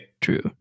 True